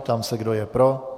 Ptám se, kdo je pro.